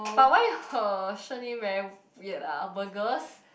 but why her surname very weird uh burgers